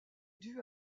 due